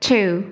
Two